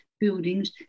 buildings